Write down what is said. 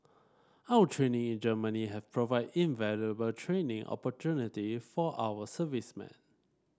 our training in Germany has provided invaluable training opportunity for our servicemen